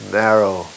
narrow